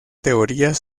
teorías